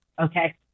okay